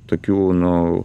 tokių nu